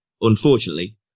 unfortunately